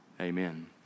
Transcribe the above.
amen